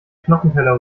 knochenteller